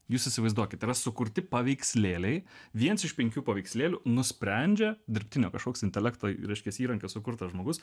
jūs įsivaizduokit yra sukurti paveikslėliai viens iš penkių paveikslėlių nusprendžia dirbtinio kažkoks intelekto reiškias įrankio sukurtas žmogus